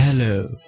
Hello